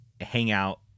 Hangout